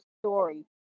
story